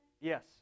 Yes